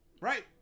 right